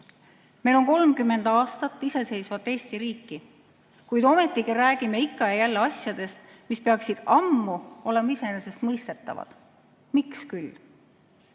Meil on 30 aastat iseseisvat Eesti riiki, kuid ometigi räägime ikka ja jälle asjadest, mis peaksid ammu olema iseenesestmõistetavad. Miks